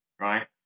Right